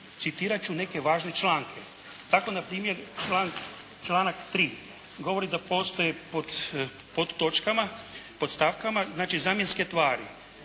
citirat ću neke važne članke. Tako na primjer članak 3. govori da postoje pod točkama, pod stavkama znači zamjenske tvari.